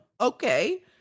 okay